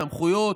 סמכויות,